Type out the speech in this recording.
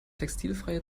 textilfreie